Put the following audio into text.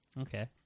Okay